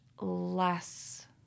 less